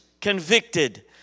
convicted